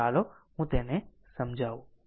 તો ચાલો હું તેને સમજાવું